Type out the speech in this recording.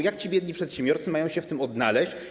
Jak ci biedni przedsiębiorcy mają się w tym odnaleźć?